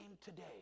today